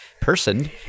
person